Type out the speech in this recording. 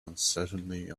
uncertainly